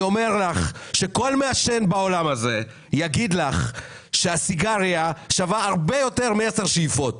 כל מעשן בעולם הזה יגיד לך שסיגריה שווה הרבה יותר מ-10 שאיפות,